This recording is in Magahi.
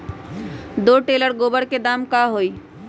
दो टेलर गोबर के दाम का होई?